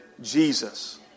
Jesus